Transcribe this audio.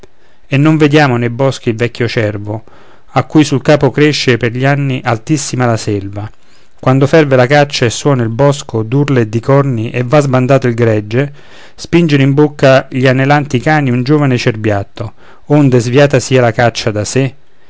e non vediamo nei boschi il vecchio cervo a cui sul capo cresce per gli anni altissima la selva quando ferve la caccia e suona il bosco d'urla e di corni e va sbandato il gregge spingere in bocca agli anelanti cani un giovine cerbiatto onde sviata sia la caccia da sé